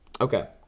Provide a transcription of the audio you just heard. Okay